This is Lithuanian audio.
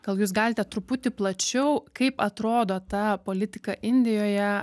gal jūs galite truputį plačiau kaip atrodo ta politika indijoje